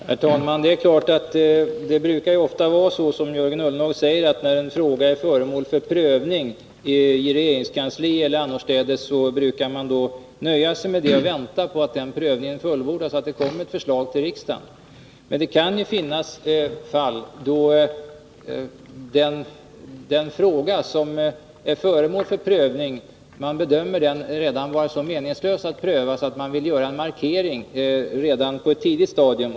Herr talman! Det är klart att det ofta brukar vara så som Jörgen Ullenhag säger att man — när en fråga är föremål för prövning i regeringskansliet eller annorstädes — nöjer sig med det och väntar på att prövningen fullbordas och att det kommer ett förslag till riksdagen. Men det kan finnas fall där man bedömer att det är så meningslöst att arbeta med den fråga som är föremål för prövning att man vill göra en markering redan på ett tidigt stadium.